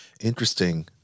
Interesting